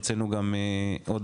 הוצאנו גם הודעה